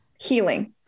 healing